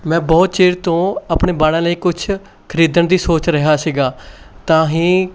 ਮੈਂ ਬਹੁਤ ਚਿਰ ਤੋਂ ਆਪਣੇ ਬਾਲਾਂ ਲਈ ਕੁਛ ਖਰੀਦਣ ਦੀ ਸੋਚ ਰਿਹਾ ਸੀਗਾ ਤਾਂ ਹੀ